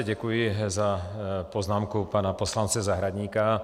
Děkuji za poznámku pana poslance Zahradníka.